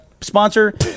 sponsor